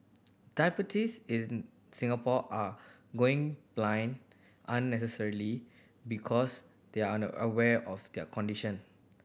diabetics in Singapore are going blind unnecessarily because they are unaware of their condition